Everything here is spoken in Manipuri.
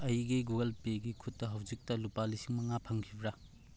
ꯑꯩꯒꯤ ꯒꯨꯒꯜ ꯄꯦꯒꯤ ꯈꯨꯠꯇ ꯍꯧꯖꯤꯛꯇ ꯂꯨꯄꯥ ꯂꯤꯁꯤꯡ ꯃꯉꯥ ꯐꯪꯈꯤꯕ꯭ꯔꯥ